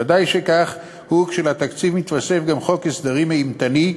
ודאי שכך הוא כשלתקציב מתווסף גם חוק הסדרים אימתני.